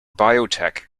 biotech